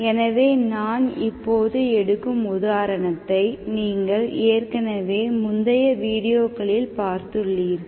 எனவே நான் இப்போது எடுக்கும் உதாரணத்தை நீங்கள் ஏற்கனவே முந்தைய வீடியோக்களில் பார்த்துள்ளீர்கள்